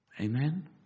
Amen